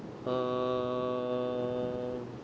err